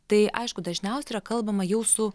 tai aišku dažniausiai yra kalbama jau su